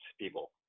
people